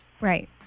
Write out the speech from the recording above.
right